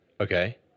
Okay